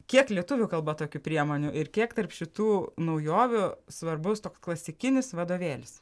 kiek lietuvių kalba tokių priemonių ir kiek tarp šitų naujovių svarbus toks klasikinis vadovėlis